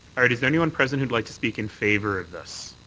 all right. is anyone present who'd like to speak in favour of this?